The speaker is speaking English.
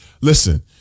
Listen